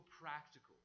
practical